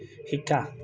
শিকা